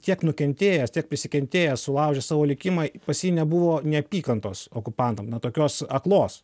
tiek nukentėjęs tiek prisikentėjęs sulaužė savo likimą pas jį nebuvo neapykantos okupantam na tokios aklos